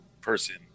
person